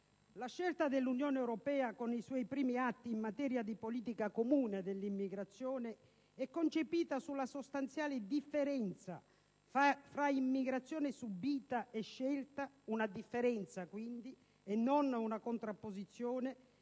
La scelta dell'Unione europea, con i suoi primi atti in materia di politica comune dell'immigrazione, è concepita sulla sostanziale differenza fra immigrazione subita e scelta; una differenza, quindi, e non una contrapposizione